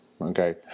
okay